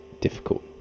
difficult